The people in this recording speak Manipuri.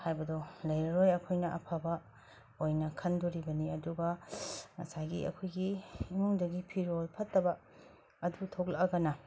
ꯍꯥꯏꯕꯗꯣ ꯂꯩꯔꯔꯣꯏ ꯑꯩꯈꯣꯏꯅ ꯑꯐꯕ ꯑꯣꯏꯅ ꯈꯟꯗꯣꯔꯤꯕꯅꯤ ꯑꯗꯨꯒ ꯉꯁꯥꯏꯒꯤ ꯑꯩꯈꯣꯏꯒꯤ ꯏꯃꯨꯡꯗꯒꯤ ꯐꯤꯔꯣꯜ ꯐꯠꯇꯕ ꯑꯗꯨ ꯊꯣꯛꯂꯛꯑꯒꯅ